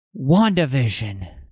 WandaVision